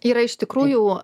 yra iš tikrųjų